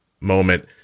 moment